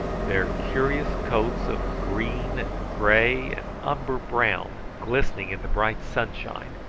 their curious coats of green and grey and umber-brown glistening in the bright sunshine,